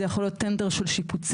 זה יכול להיות טנדר של שיפוצים.